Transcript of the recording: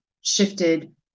shifted